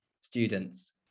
students